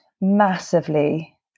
massively